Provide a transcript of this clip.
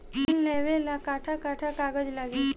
ऋण लेवेला कट्ठा कट्ठा कागज लागी?